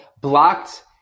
blocked